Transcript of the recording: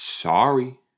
Sorry